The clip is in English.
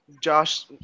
Josh